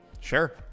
Sure